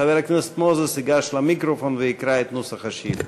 חבר הכנסת מוזס ייגש למיקרופון ויקרא את נוסח השאילתה.